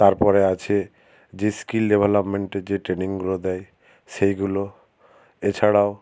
তারপরে আছে যে স্কিল ডেভেলপমেন্টের যে ট্রেনিংগুলো দেয় সেইগুলো এছাড়াও